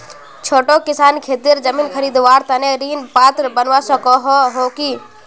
छोटो किसान खेतीर जमीन खरीदवार तने ऋण पात्र बनवा सको हो कि?